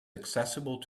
accessible